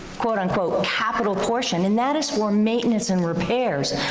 quote unquote capital portion and that is for maintenance and repairs.